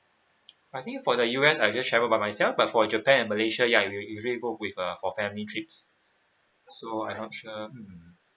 I think for the U_S I'll just share about myself but for japan and malaysia ya we'll usually go with uh for family trips so I not sure